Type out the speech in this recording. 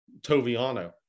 Toviano